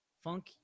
funk